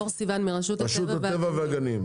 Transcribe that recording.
אור סיון מרשות הטבע והגנים.